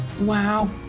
Wow